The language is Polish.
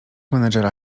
menadżera